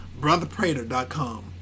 Brotherprater.com